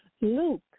Luke